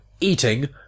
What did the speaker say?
eating